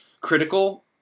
critical